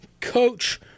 Coach